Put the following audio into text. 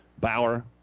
Bauer